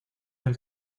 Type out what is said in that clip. del